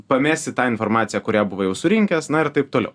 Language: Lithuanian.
pamesi tą informaciją kurią buvo jau surinkęs na ir taip toliau